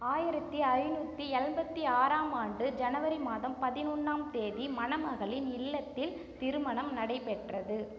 ஆயிரத்தி ஐநூற்றி எண்பத்தி ஆறாம் ஆண்டு ஜனவரி மாதம் பதினொன்றாம் தேதி மணமகளின் இல்லத்தில் திருமணம் நடைபெற்றது